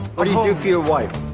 what do you do for your wife?